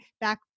back